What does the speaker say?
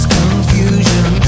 confusion